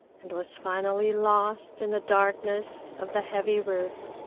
and was finally lost in the darkness of the heavy roof.